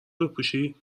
بپوشی